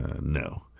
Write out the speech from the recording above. No